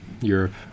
Europe